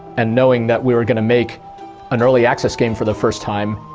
and knowing that we were going to make an early access game for the first time,